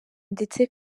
ndetse